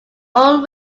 own